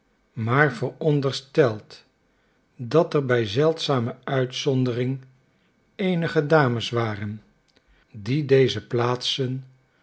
maar verondersteld dat er bij zeldzame uitzondering eenige dames waren die deze plaatsen